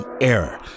error